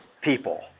people